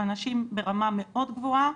אנשים ברמה מאוד גבוהה,